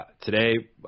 today